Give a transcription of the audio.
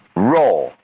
raw